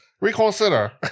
reconsider